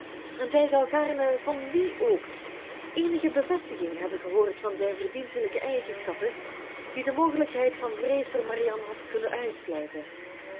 en zij zou gaarne van wie ook eenige bevestiging hebben gehoord van zijn verdienstelijke eigenschappen die de mogelijkheid van vrees voor marianne had kunnen uitsluiten